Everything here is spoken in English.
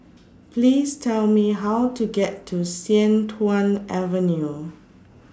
Please Tell Me How to get to Sian Tuan Avenue